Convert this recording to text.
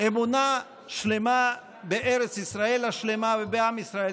אמונה שלמה בארץ ישראל השלמה ובעם ישראל.